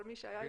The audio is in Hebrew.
כל מי שהיה.